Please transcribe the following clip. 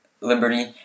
Liberty